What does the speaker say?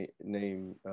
name